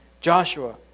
Joshua